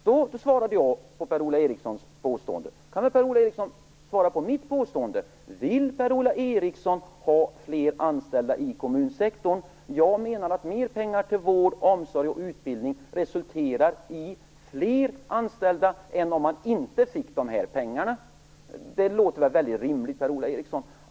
När jag nu har svarat på Per-Ola Erikssons fråga kan väl Per-Ola Eriksson svara på min fråga: Vill Per Ola Eriksson ha fler anställda i kommunsektorn? Jag menar att mer pengar till vård, omsorg och utbildning resulterar i fler anställda än vad som skulle bli fallet om man inte fick de här pengarna. Det låter väl rimligt, Per-Ola Eriksson?